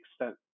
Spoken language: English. extent